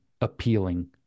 appealing